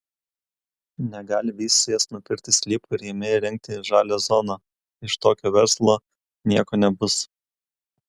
negali vystytojas nupirkti sklypo ir jame įrengti žalią zoną iš tokio verslo nieko nebus